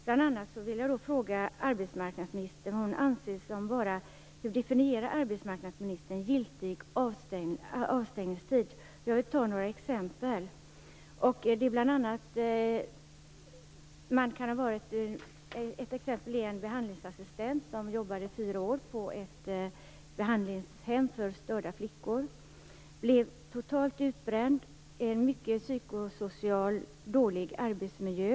Bl.a. vill jag fråga arbetsmarknadsministern hur hon definierar giltig avstängningstid. Jag vill ta några exempel. Ett exempel är en behandlingsassistent som jobbade i fyra år på ett behandlingshem för störda flickor. Hon blev totalt utbränd. Det var en psykosocialt mycket dålig arbetsmiljö.